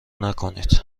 نکنید